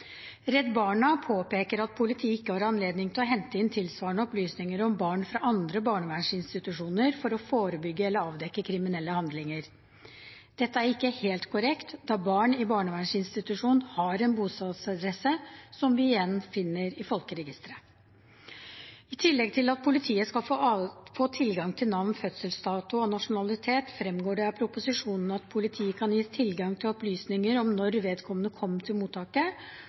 Redd Barna påpeker at politiet ikke har anledning til å hente inn tilsvarende opplysninger om barn fra andre barnevernsinstitusjoner for å forebygge eller avdekke kriminelle handlinger. Dette er ikke helt korrekt, da barn i barnevernsinstitusjon har en bostedsadresse, som vi igjen finner i folkeregisteret. I tillegg til at politiet skal få tilgang til navn, fødselsdato og nasjonalitet, fremgår det av proposisjonen at politiet kan gis tilgang til opplysninger om når vedkommende kom til mottaket,